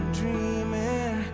dreaming